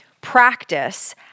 practice